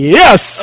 yes